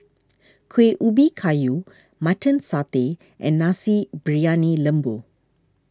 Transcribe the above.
Kueh Ubi Kayu Mutton Satay and Nasi Briyani Lembu